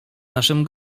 naszym